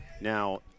now